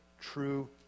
true